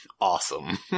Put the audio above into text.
Awesome